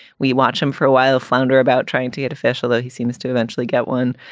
we watch him for a while. flounder about trying to get a facial, though he seems to eventually get one.